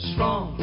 Strong